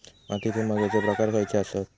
मातीचे महत्वाचे प्रकार खयचे आसत?